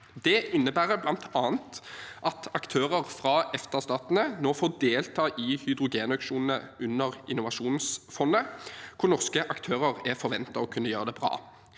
Det innebærer bl.a. at aktører fra EFTA-statene nå får delta i hydrogenauksjonene under innovasjonsfondet, hvor norske aktører er forventet å kunne gjøre det bra.